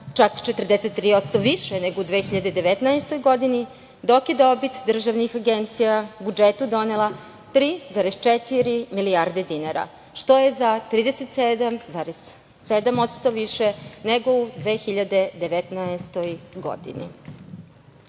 čak 43% više nego u 2019. godini, dok je dobit državnih agencija budžetu donela 3,4 milijarde dinara, što je za 37,7% više nego u 2019. godini. Prihodi